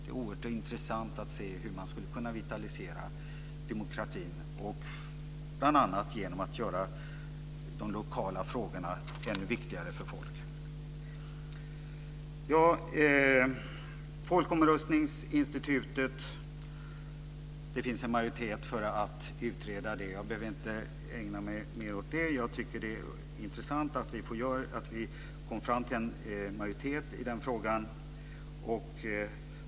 Det vore intressant att se hur man skulle kunna vitalisera demokratin, bl.a. genom att göra de lokala frågorna ännu viktigare för folk. Det finns en majoritet för att utreda folkomröstningsinstitutet. Jag behöver inte ägna mig mer åt det. Det är intressant att vi kom fram till en majoritet i frågan.